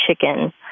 chicken